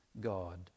God